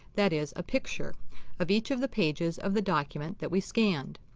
that is, a picture of each of the pages of the document that we scanned.